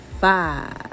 five